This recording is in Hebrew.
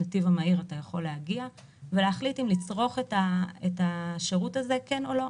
בנתיב המהיר אתה יכול להגיע ולהחליט אם לצרוך את השירות הזה או לא,